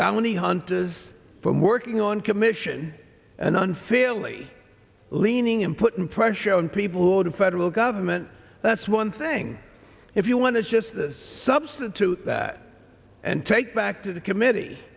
bounty hunters from working on commission and unfairly leaning and putting pressure on people who are federal government that's one thing if you want to just substitute that and take back to the committee